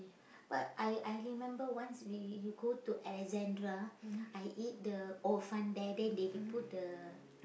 but I I remember once we we go to Alexandra I eat the hor fun there then they put the